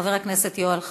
חבר הכנסת יואל חסון.